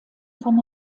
von